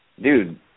dude